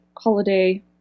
holiday